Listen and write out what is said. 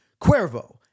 Cuervo